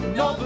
no